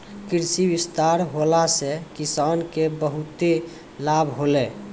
कृषि विस्तार होला से किसान के बहुते लाभ होलै